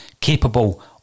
capable